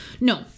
no